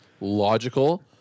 logical